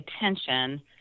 attention